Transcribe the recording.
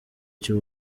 cy’u